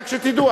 רק שתדעו,